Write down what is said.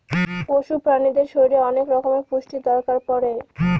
পশু প্রাণীদের শরীরে অনেক রকমের পুষ্টির দরকার পড়ে